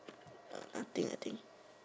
nothing I think